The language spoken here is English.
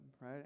right